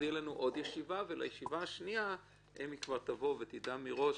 תהיה עוד ישיבה ולישיבה השנייה אמי כבר תדע מראש,